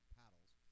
paddles